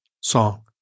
song